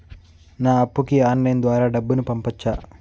నా అప్పుకి ఆన్లైన్ ద్వారా డబ్బును పంపొచ్చా